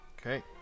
Okay